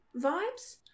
vibes